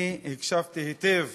הקשבתי היטב